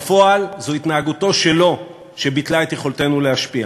בפועל, זו התנהגותו שלו שביטלה את יכולתנו להשפיע.